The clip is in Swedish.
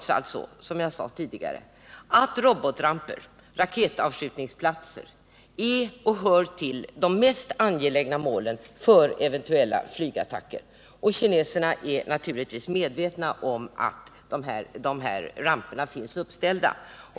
Som jag sade tidigare hör ändå robotramper och raketavskjutningsplatser till de mest angelägna målen för eventuella flygattacker, och kineserna är naturligtvis medvetna om att ramperna finns uppställda.